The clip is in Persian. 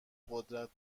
قدرت